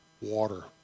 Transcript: water